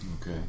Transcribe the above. Okay